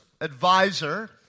advisor